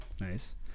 Nice